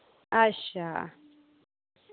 अच्छा